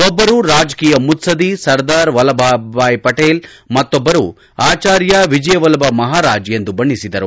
ಒಬ್ಬರು ರಾಜಕೀಯ ಮುತ್ಸದಿ ಸರ್ದಾರ್ ವಲ್ಲಭ ಭಾಯ್ ಪಟೇಲ್ ಮತ್ತೊಬ್ಬರು ಆಚಾರ್ಯ ವಲ್ಲಭ ಮಹಾರಾಜ್ ಎಂದು ಬಣ್ಣೆಸಿದರು